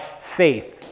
faith